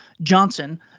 Johnson